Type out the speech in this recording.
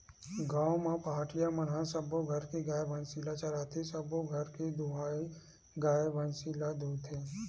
गाँव म पहाटिया मन ह सब्बो घर के गाय, भइसी ल चराथे, सबो घर के दुहानी गाय, भइसी ल दूहथे